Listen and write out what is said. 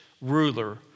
ruler